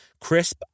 Crisp